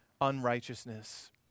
unrighteousness